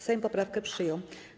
Sejm poprawkę przyjął.